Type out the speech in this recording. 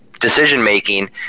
decision-making